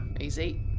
Easy